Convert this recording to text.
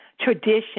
tradition